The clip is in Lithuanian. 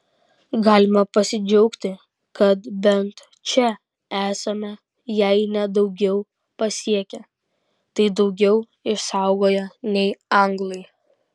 galime pasidžiaugti kad bent čia esame jei ne daugiau pasiekę tai daugiau išsaugoję nei anglai